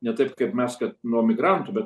ne taip kaip mes kad nuo migrantų bet